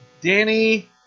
Danny